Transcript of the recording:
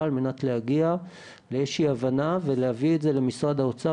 על מנת להגיע לאיזושהי הבנה ולהביא את זה למשרד האוצר